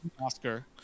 Oscar